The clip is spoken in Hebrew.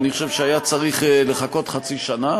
אני חושב שהיה צריך לחכות חצי שנה,